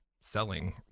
selling